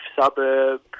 suburb